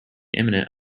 imminent